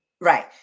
Right